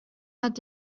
hat